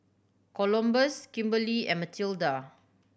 Columbus Kimberli and Matilda